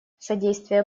содействие